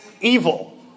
evil